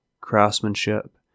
craftsmanship